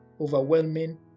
overwhelming